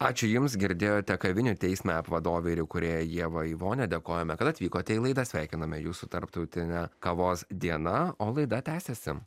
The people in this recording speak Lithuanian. ačiū jums girdėjote kavinių teist mep vadovę ir įkūrėją ievą ivonę dėkojame kad atvykote į laidą sveikiname jus su tarptautine kavos diena o laida tęsiasi